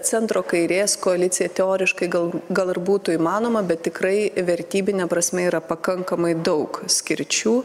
centro kairės koalicija teoriškai gal gal ir būtų įmanoma bet tikrai vertybine prasme yra pakankamai daug skirčių